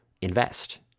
invest